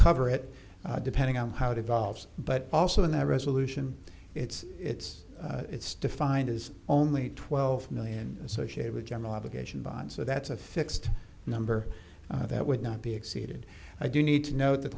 cover it depending on how devolves but also in that resolution it's it's it's defined is only twelve million associated with general obligation bonds so that's a fixed number that would not be exceeded i do need to know the